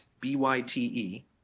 B-Y-T-E